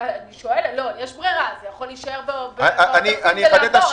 יש ברירה, זה יכול להישאר בעודפים ולעבור.